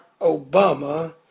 Obama